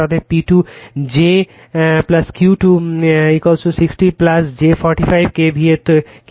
অতএব P2 j Q 2 60 j 45 K V A তে